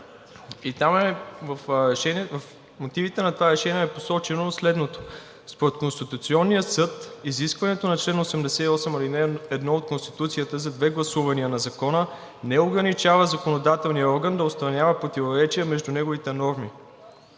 И там, в мотивите на това решение, е посочено следното: „Според Конституционния съд изискването на чл. 88, ал. 1 от Конституцията за две гласувания на закона не ограничава законодателния орган да установява противоречия между неговите норми“,